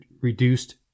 reduced